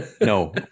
No